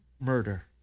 murder